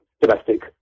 domestic